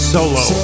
Solo